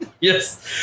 Yes